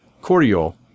Cordial